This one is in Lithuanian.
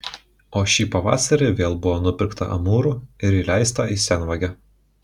o šį pavasarį vėl buvo nupirkta amūrų ir įleista į senvagę